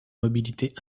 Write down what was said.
mobilité